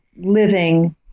living